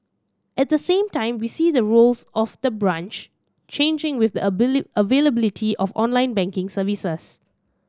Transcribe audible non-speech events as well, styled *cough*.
at the same time we see the roles of the branch changing with the *unintelligible* availability of online banking services